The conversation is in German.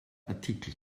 artikel